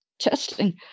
Testing